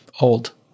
old